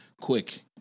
quick